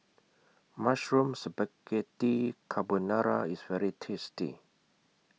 Mushroom Spaghetti Carbonara IS very tasty